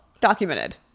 documented